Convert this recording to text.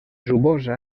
suposa